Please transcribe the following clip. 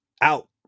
out